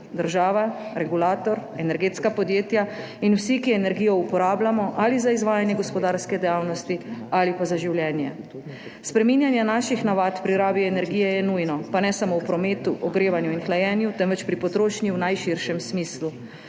država, regulator, energetska podjetja in vsi, ki energijo uporabljamo ali za izvajanje gospodarske dejavnosti ali pa za življenje. Spreminjanje naših navad pri rabi energije je nujno, pa ne samo v prometu, ogrevanju in hlajenju, temveč pri potrošnji v najširšem smislu.